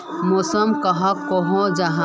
मौसम कहाक को जाहा?